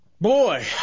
Boy